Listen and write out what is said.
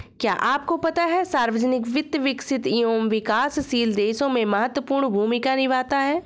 क्या आपको पता है सार्वजनिक वित्त, विकसित एवं विकासशील देशों में महत्वपूर्ण भूमिका निभाता है?